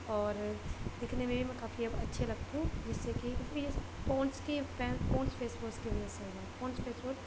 اور دکھنے میں بھی میں کافی اب اچھی لگتی ہوں جس سے کہ پونس کی میں پونس فیس واس کی وجہ سے ہوا پونس فیس واس